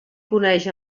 coneix